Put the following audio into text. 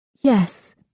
Yes